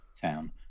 Town